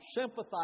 sympathize